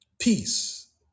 Peace